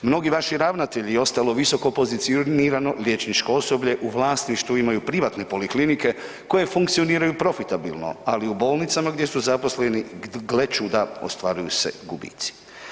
Mnogi vaši ravnatelji i ostalo visokopozicionirano liječničko osoblje u vlasništvu imaju privatne poliklinike, koje funkcioniraju profitabilno, ali u bolnicama gdje su zaposleni, gle čuda, ostvaruju se gubitci.